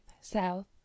south